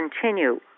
continue